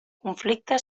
conflicte